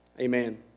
Amen